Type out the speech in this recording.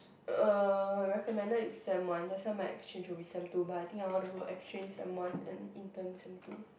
uh recommended is sem one that's why my exchange will be sem two but I think I wanna go exchange sem one and intern sem two